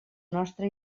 nostra